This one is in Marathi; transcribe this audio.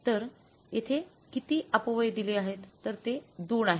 तर येथे कितीत अपव्यय दिले आहेत तर ते २ आहे